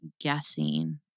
guessing